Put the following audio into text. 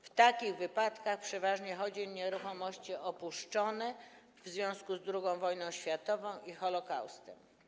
W takich wypadkach przeważnie chodzi o nieruchomości opuszczone w związku z II wojną światową i Holokaustem.